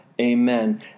amen